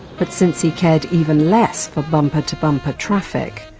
but since he cared even less for bumper to bumper traffic,